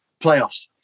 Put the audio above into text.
playoffs